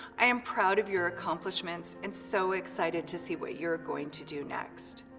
i am proud of your accomplishments and so excited to see what you're going to do next.